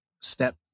step